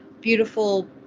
beautiful